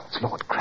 Lord